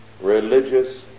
religious